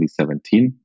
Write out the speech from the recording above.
2017